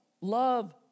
love